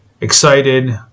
excited